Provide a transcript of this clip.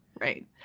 Right